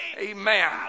Amen